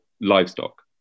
livestock